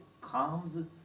comes